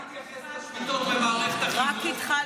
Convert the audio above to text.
אולי תתייחס